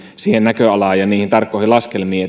siihen näköalaan ja niihin tarkkoihin laskelmiin